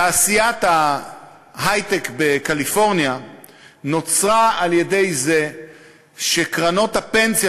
תעשיית ההיי-טק בקליפורניה נוצרה על-ידי זה שקרנות הפנסיה